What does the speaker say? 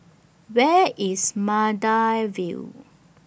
Where IS Maida Vale